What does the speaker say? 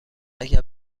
اگر